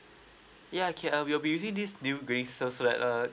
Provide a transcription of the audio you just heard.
ya okay uh we will be using this new grades uh so that uh